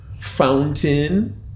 fountain